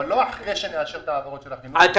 אבל לא אחרי שנאשר את ההעברות של החינוך.